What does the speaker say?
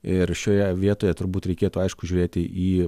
ir šioje vietoje turbūt reikėtų aišku žiūrėti į